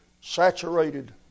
saturated